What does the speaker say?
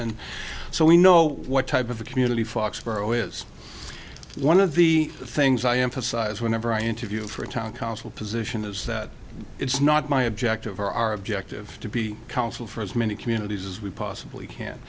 and so we know what type of a community foxborough is one of the things i emphasize whenever i interview for a town council position is that it's not my objective or our objective to be council for as many communities as we possibly can